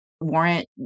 warrant